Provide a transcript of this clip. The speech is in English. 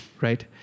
right